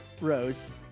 Rose